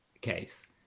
case